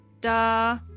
da